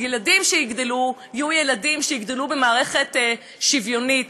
הילדים שיגדלו יהיו ילדים שיגדלו במערכת שוויונית,